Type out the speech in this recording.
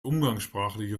umgangssprachliche